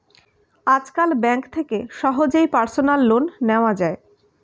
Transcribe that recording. আজকাল ব্যাঙ্ক থেকে সহজেই পার্সোনাল লোন নেওয়া যায়